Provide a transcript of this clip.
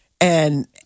and-